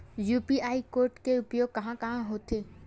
QR code के उपयोग कहां कहां होथे?